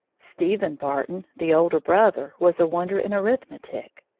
stephen barton, the older brother, was a wonder in arithmetic.